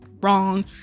wrong